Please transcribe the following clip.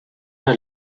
are